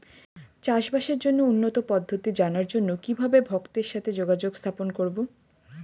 চাষবাসের জন্য উন্নতি পদ্ধতি জানার জন্য কিভাবে ভক্তের সাথে যোগাযোগ স্থাপন করব?